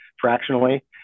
fractionally